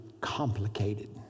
complicated